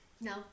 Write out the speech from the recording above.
no